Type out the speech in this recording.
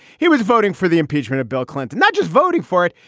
he was voting for the impeachment of bill clinton, not just voting for it.